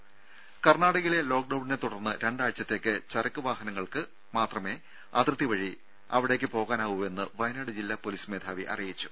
ദേദ കർണാടകയിലെ ലോക്ഡൌണിനെ തുടർന്ന് രണ്ടാഴ്ചത്തേക്ക് ചരക്ക് വാഹനങ്ങൾക്ക് മാത്രമേ അതിർത്തി വഴി അവിടേക്ക് പോകാനാവൂ എന്ന് വയനാട് ജില്ലാ പൊലീസ് മേധാവി അറിയിച്ചു